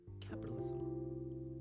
capitalism